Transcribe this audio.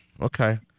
okay